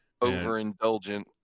overindulgent